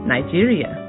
Nigeria